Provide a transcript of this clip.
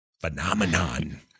Phenomenon